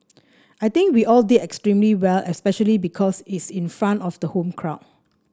I think we all did extremely well especially because it's in front of the home crowd